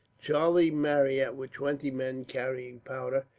charlie marryat, with twenty men carrying powder,